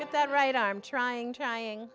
get that right i'm trying trying